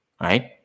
right